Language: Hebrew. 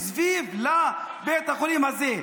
מסביב לבית החולים הזה.